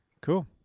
Cool